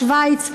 שווייץ,